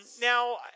Now